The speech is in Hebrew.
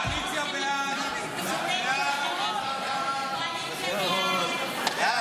ההצעה להעביר את הצעת חוק העונשין (תיקון,